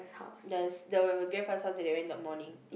the the grandfather's house that they went that morning